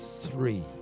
Three